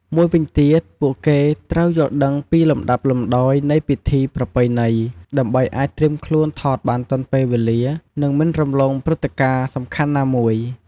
មួយវិញទៀត ពួកគេត្រូវយល់ដឹងពីលំដាប់លំដោយនៃពិធីប្រពៃណី ដើម្បីអាចត្រៀមខ្លួនថតបានទាន់ពេលវេលា និងមិនរំលងព្រឹត្តិការណ៍សំខាន់ណាមួយ។